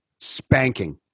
spanking